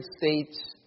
States